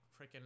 freaking